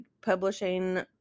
publishing